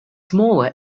smaller